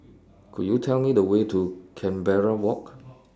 Could YOU Tell Me The Way to Canberra Walk